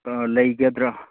ꯀꯥ ꯂꯩꯒꯗ꯭ꯔꯥ